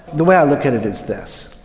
the way i look at it is this,